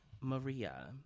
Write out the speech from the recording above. Maria